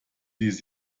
ließ